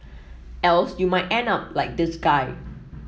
else you might end up like this guy